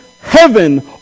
heaven